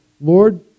Lord